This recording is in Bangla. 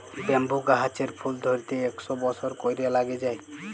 ব্যাম্বু গাহাচের ফুল ধ্যইরতে ইকশ বসর ক্যইরে ল্যাইগে যায়